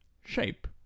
Shape